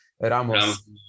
Ramos